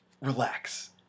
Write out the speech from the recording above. relax